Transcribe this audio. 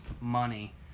money